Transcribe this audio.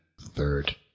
third